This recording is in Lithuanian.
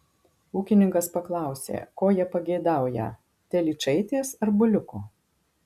ūkininkas paklausė ko jie pageidaują telyčaitės ar buliuko